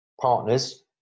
partners